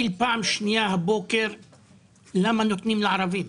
50% מכלל הילדים שנדרסים בנסיעה לאחור הם ילדים ערבים.